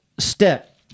Step